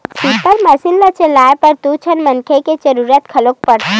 reaper machine ल चलाए बर दू झन मनखे के जरूरत घलोक परथे